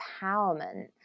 empowerment